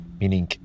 Meaning